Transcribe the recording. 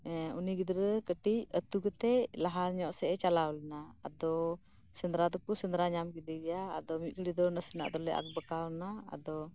ᱩᱱᱤ ᱜᱤᱫᱽᱨᱟᱹ ᱠᱟᱹᱴᱩᱡ ᱟᱹᱛᱩ ᱠᱟᱛᱮᱜ ᱞᱟᱦᱟᱧᱚᱜ ᱥᱮᱫ ᱮ ᱪᱟᱞᱟᱣᱞᱮᱱᱟ ᱟᱫᱚ ᱥᱮᱸᱫᱨᱟ ᱫᱚᱠᱩ ᱥᱮᱸᱫᱨᱟ ᱧᱟᱢ ᱠᱮᱫᱮᱜᱮᱭᱟ ᱟᱫᱚ ᱢᱤᱫᱜᱷᱟᱹᱲᱤ ᱫᱚ ᱱᱟᱥᱮᱱᱟᱜ ᱫᱚᱞᱮ ᱟᱠᱵᱟᱠᱟᱣᱮᱱᱟ ᱟᱫᱚ